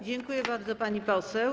Dziękuję bardzo, pani poseł.